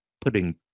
putting –